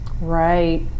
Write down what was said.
Right